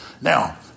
Now